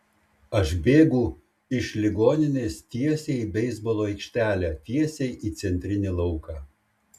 aš bėgu iš ligoninės tiesiai į beisbolo aikštelę tiesiai į centrinį lauką